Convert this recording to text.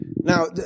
Now